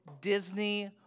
Disney